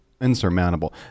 insurmountable